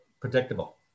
predictable